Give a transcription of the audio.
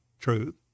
truth